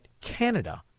Canada